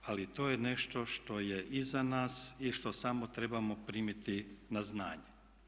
Ali to je nešto što je iza nas i što samo trebamo primiti na znanje.